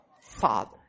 father